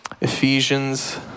Ephesians